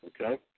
Okay